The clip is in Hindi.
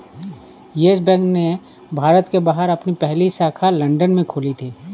यस बैंक ने भारत के बाहर अपनी पहली शाखा लंदन में खोली थी